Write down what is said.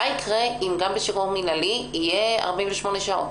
מה יקרה אם גם בשחרור מינהלי יהיו 48 שעות?